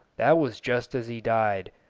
that was just as he died,